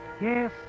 Yes